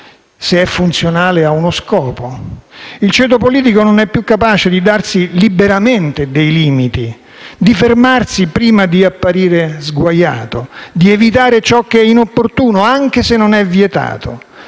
se è funzionale a uno scopo. Il ceto politico non è più capace di darsi liberamente dei limiti, di fermarsi prima di apparire sguaiato, di evitare ciò che è inopportuno, anche se non è vietato.